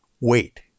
wait